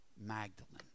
Magdalene